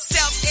Self